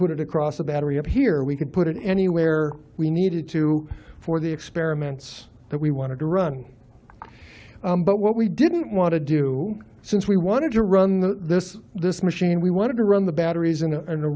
put it across a battery up here we could put it anywhere we needed to for the experiments that we wanted to run but what we didn't want to do since we wanted to run the this this machine we wanted to run the batteries in a